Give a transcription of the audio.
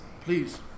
Please